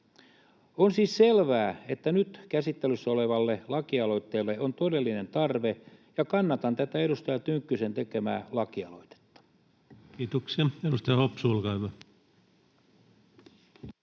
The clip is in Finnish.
On siis selvää, että nyt käsittelyssä olevalle lakialoitteelle on todellinen tarve. Kannatan tätä edustaja Tynkkysen tekemää lakialoitetta. [Speech 242] Speaker: